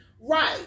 right